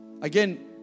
Again